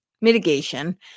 mitigation